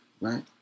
right